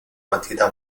quantità